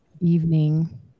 evening